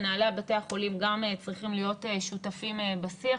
מנהלי בתי החולים צריכים גם להיות שותפים בשיח